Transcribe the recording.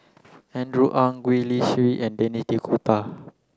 Andrew Ang Gwee Li Sui and Denis D'Cotta